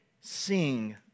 sing